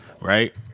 right